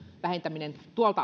vähentäminen tuolta